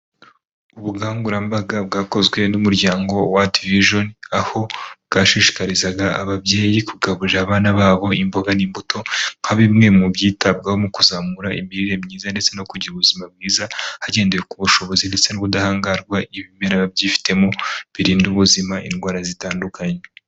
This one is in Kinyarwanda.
Ubukangurambaga bwakozwe n'umuryango World Vision aho bwashishikarizaga ababyeyi kugaburira abana babo imboga n'imbuto nka bimwe mu byitabwaho mu kuzamura imirire myiza ndetse no kugira ubuzima bwiza hagendewe ku bushobozi ndetse n'ubudahangarwa ibimera byifitemo birinda ubuzima n’indwara zitandukanye.